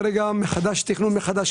מחדש.